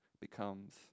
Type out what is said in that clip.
becomes